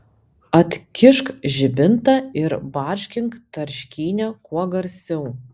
atkišk žibintą ir barškink tarškynę kuo garsiau